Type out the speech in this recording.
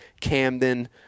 Camden